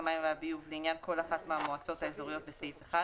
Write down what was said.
המים והביוב לעניין כל אחת מהמועצות האזוריות בסעיף 1,